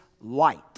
light